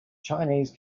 chinese